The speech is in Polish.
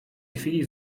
chwili